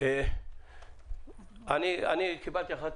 אני קבלתי החלטה.